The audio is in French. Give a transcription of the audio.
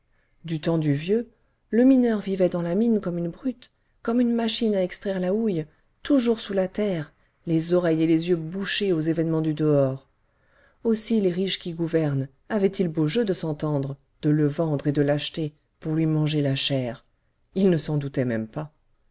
du temps du vieux le mineur vivait dans la mine comme une brute comme une machine à extraire la houille toujours sous la terre les oreilles et les yeux bouchés aux événements du dehors aussi les riches qui gouvernent avaient-ils beau jeu de s'entendre de le vendre et de l'acheter pour lui manger la chair il ne s'en doutait même pas